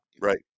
Right